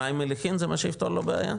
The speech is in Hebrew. מים מליחים זה מה שיפתור לו את הבעיה?